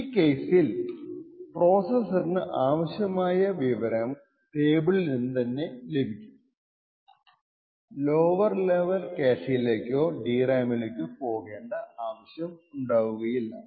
ഈ കേസിൽ പ്രോസസ്സിനു ആവശ്യമായ വിവരം ടേബിളിൽ നിന്ന് തന്നെ ലഭിക്കും ലോവർ ലെവൽ ക്യാഷെയിലേക്കോ DRAM ലേക്കോ പോകേണ്ട ആവശ്യമില്ല